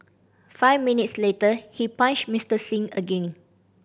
five minutes later he punched Mister Singh again